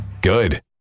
Good